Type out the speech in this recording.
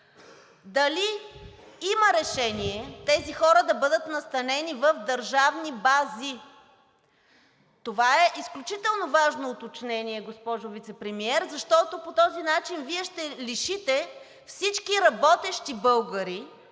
Дали има решение тези хора да бъдат настанени в държавни бази? Това е изключително важно уточнение, госпожо Вицепремиер, защото по този начин Вие ще лишите всички работещи българи,